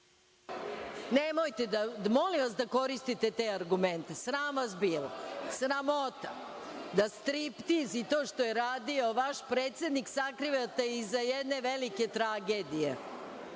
kolega.)Molim vas da ne koristite te argumente. Sram vas bilo. Sramota, da striptiz i to što je radio vaš predsednik sakrivate iza jedne velike tragedije.